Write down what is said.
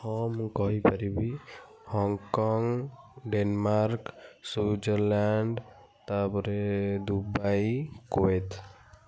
ହଁ ମୁଁ କହି ପାରିବି ହଂକଂ ଡେନମାର୍କ ସୁଇଜରଲ୍ୟାଣ୍ଡ ତାପରେ ଦୁବାଇ କୋଏତ